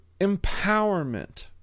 empowerment